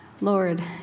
Lord